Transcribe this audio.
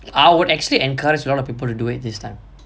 I would actually encourage a lot of people to do it this time